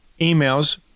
emails